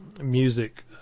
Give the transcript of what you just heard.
music